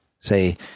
say